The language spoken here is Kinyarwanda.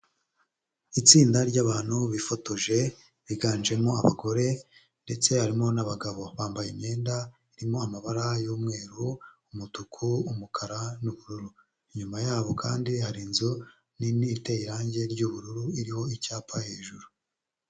Itsinda ry'abantu bifotoje biganjemo abagore ndetse harimo n'abagabo, bambaye imyenda irimo amabara y'umweru, umutuku, umukara, n'ubururu, inyuma yabo kandi hari inzu nini iteye irangi ry'ubururu iriho icyapa hejuru.